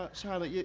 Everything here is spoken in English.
ah charlotte? yeah